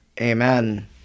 Amen